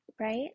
right